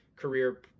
career